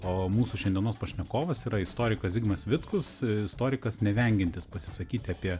o mūsų šiandienos pašnekovas yra istorikas zigmas vitkus istorikas nevengiantis pasisakyti apie